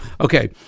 Okay